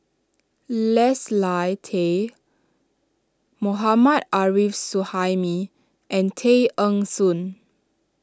Leslie Tay Mohammad Arif Suhaimi and Tay Eng Soon